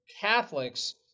Catholics